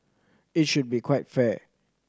it should be quite fair